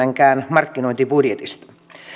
markkinointibudjetista